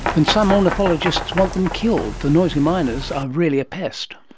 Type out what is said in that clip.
and some ornithologists want them killed, the noisy miners are really a pest.